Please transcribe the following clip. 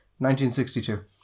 1962